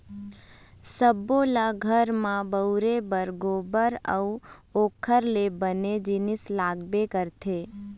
सब्बो ल घर म बउरे बर गोरस अउ ओखर ले बने जिनिस लागबे करथे